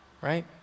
Right